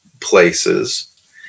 places